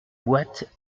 boite